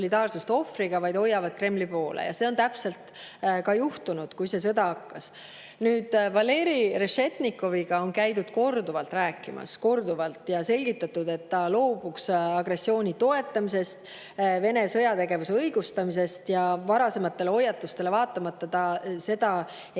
vaid hoiavad Kremli poole. Täpselt see ka juhtus, kui see sõda hakkas. Valeri Rešetnikoviga on käidud korduvalt rääkimas – korduvalt – ja selgitatud, et ta loobuks agressiooni toetamisest ja Vene sõjategevuse õigustamisest. Varasematele hoiatustele vaatamata ta seda teinud